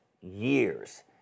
years